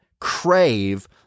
crave